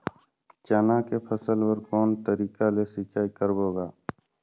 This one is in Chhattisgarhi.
चना के फसल बर कोन तरीका ले सिंचाई करबो गा?